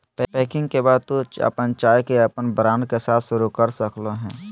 packing के बाद तू अपन चाय के अपन ब्रांड के साथ शुरू कर सक्ल्हो हें